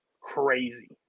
Crazy